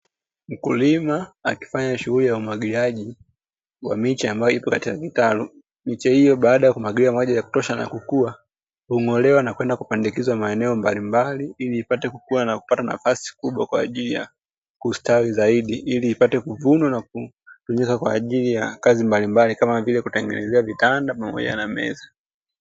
Mkulima akifanya shughuli ya umwagiliaji wa miche, ambayo ilipata mitaro nchi hiyo baada ya kumwagilia maji ya kutosha na bong'olewa na kwenda kupandikiza maeneo mbalimbali, ili ipate kuwa na kupata nafasi kubwa kwa ajili ya kustawi zaidi, ili ipate kuvunwa na kupenyeza kwa ajili ya kazi mbalimbali kama vile kutengeneza vitanda pamoja na meza.